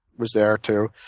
was there too.